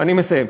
אני מסיים.